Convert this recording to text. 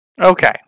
Okay